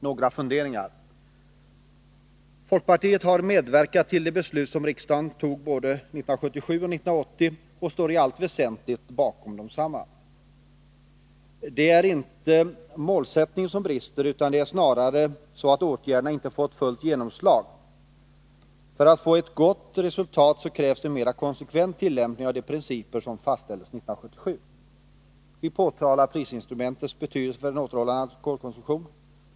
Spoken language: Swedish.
Några funderingar: Folkpartiet har medverkat till de beslut som riksdagen har fattat både 1977 och 1980 och står i allt väsentligt bakom dessa. Det är inte målsättningen som brister, utan det är snarare så att åtgärderna inte fått fullt genomslag. För att få ett gott resultat så krävs en mera konsekvent tillämpning av de principer som fastställdes 1977. Vi påtalar prisinstrumentets betydelse för en återhållande alkoholkonsumtion.